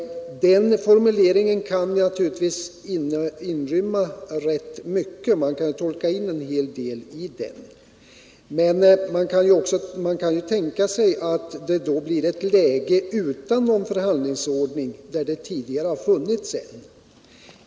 Den formuleringen kan naturligtvis inrymma rätt mycket. Man kan tolka in en het deli den. Man kan också tänka sig ev läge utan förhandlingsordning, där det tidigare har funnits en.